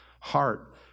heart